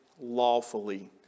lawfully